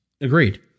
Agreed